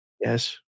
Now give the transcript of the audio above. Yes